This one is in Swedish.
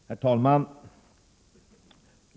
Herr talman!